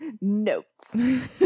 Notes